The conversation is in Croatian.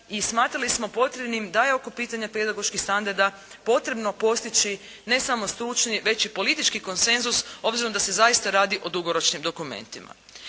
i smatrali smo potrebnim da je oko pitanja pedagoških standarda potrebno postići ne samo stručni već i politički konsenzus, obzirom da se zaista radi o dugoročnim dokumentima.